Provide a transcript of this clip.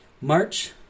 March